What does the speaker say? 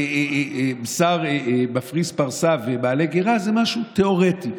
בשר מפריס פרסה ומעלה גרה זה משהו תיאורטי.